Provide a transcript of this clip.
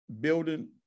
building